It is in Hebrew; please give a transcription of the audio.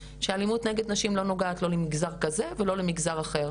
שאלימות נגד נשים לא נוגעת לא מגזר כזה ולא למגזר אחר,